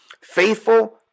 faithful